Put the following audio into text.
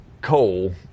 coal